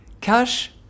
Cash